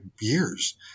years